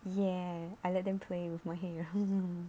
yeah I let them play with my hair